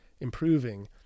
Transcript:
improving